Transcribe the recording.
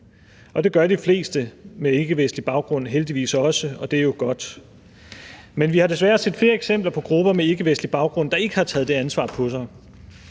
Det gør de fleste med ikkevestlig baggrund heldigvis også, og det er jo godt, men vi har desværre set flere eksempler på grupper med ikkevestlig baggrund, der ikke har taget det ansvar på sig.